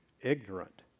ignorant